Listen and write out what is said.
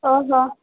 ଓହୋ